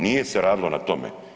Nije se radilo na tome.